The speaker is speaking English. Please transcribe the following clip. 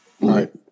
right